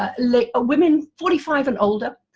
ah like ah women forty five and older,